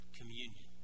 communion